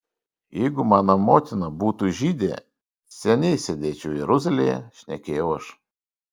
jeigu mano motina būtų žydė seniai sėdėčiau jeruzalėje šnekėjau aš